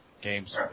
games